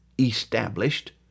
established